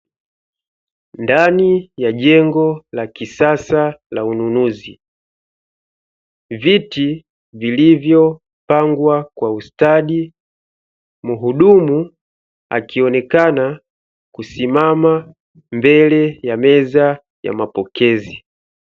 Ndani ya jengo la kisasa la ununuzi, viti vilivyopangwa kwa ustadi mhudumu akionekana kusimama mbele ya meza ya mapokezi.